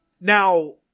Now